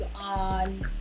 on